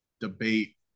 debate